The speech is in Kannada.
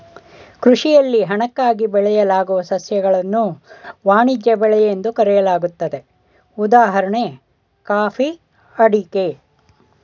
ಕೃಷಿಯಲ್ಲಿ ಹಣಕ್ಕಾಗಿ ಬೆಳೆಯಲಾಗುವ ಸಸ್ಯಗಳನ್ನು ವಾಣಿಜ್ಯ ಬೆಳೆ ಎಂದು ಕರೆಯಲಾಗ್ತದೆ ಉದಾಹಣೆ ಕಾಫಿ ಅಡಿಕೆ